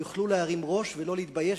יוכלו להרים ראש ולא להתבייש,